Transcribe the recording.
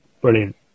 Brilliant